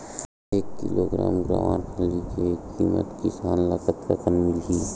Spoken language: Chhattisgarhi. एक किलोग्राम गवारफली के किमत किसान ल कतका मिलही?